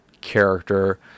character